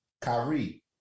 Kyrie